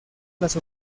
las